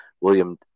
William